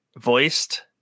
voiced